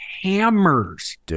hammers